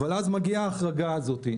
אבל אז מגיעה החרגה הזאת.